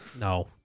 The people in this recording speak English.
No